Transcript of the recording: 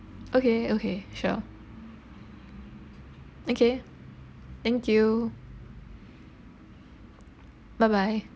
okay okay sure okay thank you bye bye